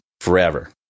forever